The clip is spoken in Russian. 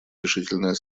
решительное